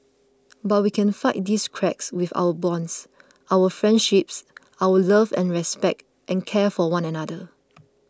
but we can fight these cracks with our bonds our friendships our love and respect and care for one another